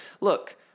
look